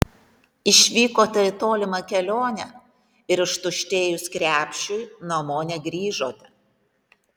išvykote į tolimą kelionę ir ištuštėjus krepšiui namo negrįžote